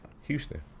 Houston